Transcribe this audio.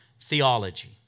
theology